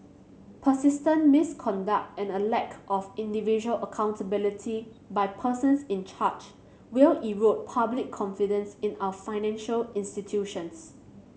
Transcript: persistent misconduct and a lack of individual accountability by persons in charge will erode public confidence in our financial institutions